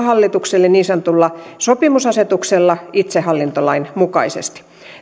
hallitukselle niin sanotulla sopimusasetuksella itsehallintolain mukaisesti